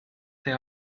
they